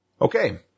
Okay